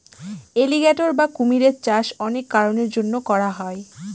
alligator বা কুমিরের চাষ অনেক কারনের জন্য করা হয়